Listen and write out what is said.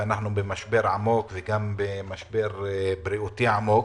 נכון שאנחנו גם במשבר בריאותי עמוק,